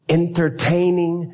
entertaining